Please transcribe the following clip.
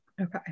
Okay